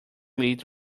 lead